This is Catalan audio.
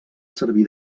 servir